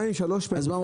אז מה,